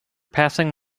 passing